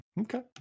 okay